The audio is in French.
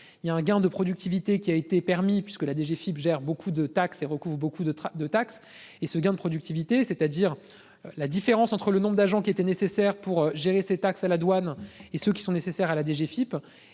il y a un gain de productivité qui a été permis puisque la DGFIP gère beaucoup de taxes et recouvre beaucoup de de taxe et ce gain de productivité, c'est-à-dire la différence entre le nombre d'agents qui étaient nécessaires pour gérer ces taxes à la douane et ceux qui sont nécessaires à la DGFIP